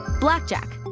blackjack.